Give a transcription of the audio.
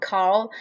Carl